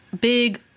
big